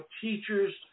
teachers